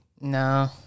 No